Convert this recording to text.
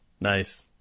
Nice